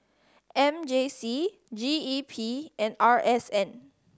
M J C G E P and R S N